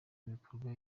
bikorwa